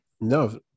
No